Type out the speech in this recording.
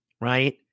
right